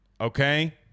Okay